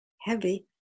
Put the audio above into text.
heavy